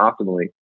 optimally